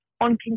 on